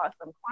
awesome